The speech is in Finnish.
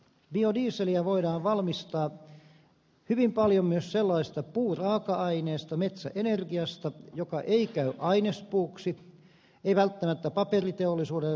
biodieseliä voidaan valmistaa hyvin paljon myös sellaisesta puuraaka aineesta metsäenergiasta joka ei käy ainespuuksi ei välttämättä paperiteollisuudelle selluteollisuudelle